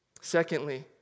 Secondly